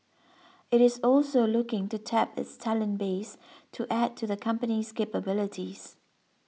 it is also looking to tap its talent base to add to the company's capabilities